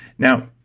now,